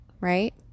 Right